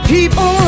People